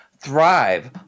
Thrive